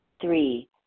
Three